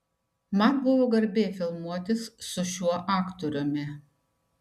man buvo garbė filmuotis su šiuo aktoriumi